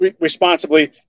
responsibly